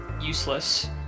useless